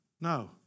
No